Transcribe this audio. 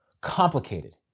complicated